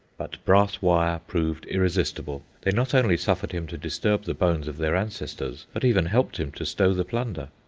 but brass wire proved irresistible. they not only suffered him to disturb the bones of their ancestors, but even helped him to stow the plunder.